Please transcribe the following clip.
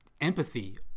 empathy